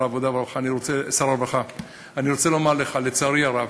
אני רוצה לומר לך: לצערי הרב,